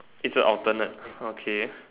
一直 alternate okay